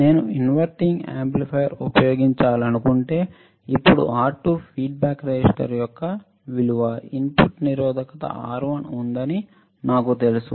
నేను inverting amplifier ఉపయోగించాలనుకుంటే ఇప్పుడు R2 ఫీడ్బ్యాక్ రెసిస్టర్ యొక్క విలువ ఇన్పుట్ నిరోధకత R1 ఉందని నాకు తెలుసు